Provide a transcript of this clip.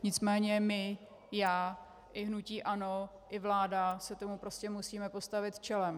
Nicméně my, já i hnutí ANO i vláda, se tomu prostě musíme postavit čelem.